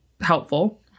helpful